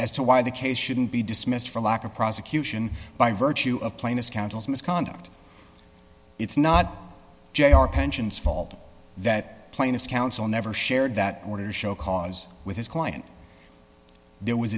as to why the case shouldn't be dismissed for lack of prosecution by virtue of plaintiff's counsel's misconduct it's not jr pensions fault that plaintiffs council never shared that order show cause with his client there was